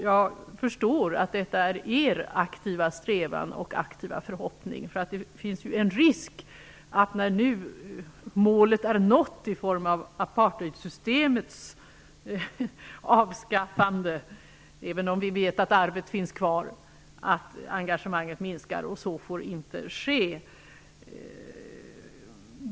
Jag förstår att detta också är er aktiva strävan och förhoppning. Det finns ju en risk att engagemanget minskar nu när målet, i form av apartheidsystemets avskaffande, är nått, även om vi vet att arvet efter det finns kvar. Men så får inte ske.